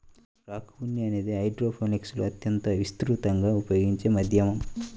rock ఉన్ని అనేది హైడ్రోపోనిక్స్లో అత్యంత విస్తృతంగా ఉపయోగించే మాధ్యమం